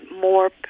more